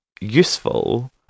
useful